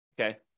Okay